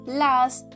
last